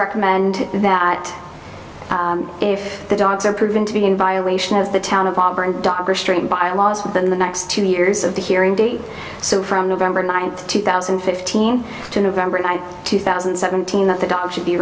recommend that if the dogs are proven to be in violation as the town of auburn bylaws within the next two years of the hearing date so from november ninth two thousand and fifteen to november two thousand and seventeen that the dog should be